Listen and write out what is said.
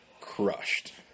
crushed